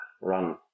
run